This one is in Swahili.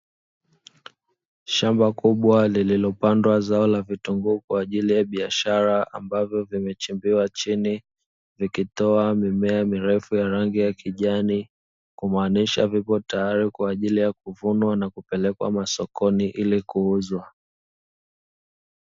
Shamba kubwa lililopandwa zao la vitunguu kwa ajili ya biashara, ambavyo vimechimbiwa chini vikitoa mimea mirefu ya rangi ya kijani, kumaanisha kuwa vipo tayari ya kuvunwa na kupelekwa masokoni ili kuuzwa.